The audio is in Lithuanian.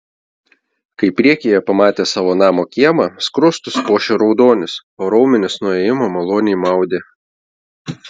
kai priekyje pamatė savo namo kiemą skruostus puošė raudonis o raumenis nuo ėjimo maloniai maudė